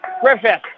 Griffith